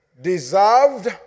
deserved